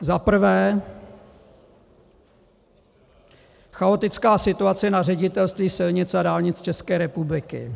za prvé chaotická situace na Ředitelství silnic a dálnic České republiky,